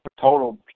Total